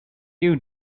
you